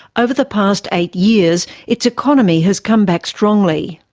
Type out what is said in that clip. over the past eight years its economy has come back strongly.